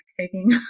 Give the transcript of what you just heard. taking